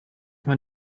man